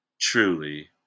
Truly